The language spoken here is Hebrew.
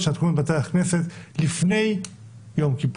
שיעדכן את המועצות הדתיות שיעדכנו את בתי הכנסת לפני יום כיפור.